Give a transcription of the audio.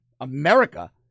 America